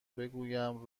بگویم